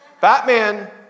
Batman